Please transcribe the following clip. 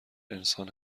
انسان